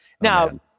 Now